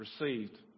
received